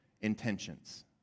intentions